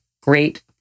great